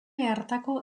hartako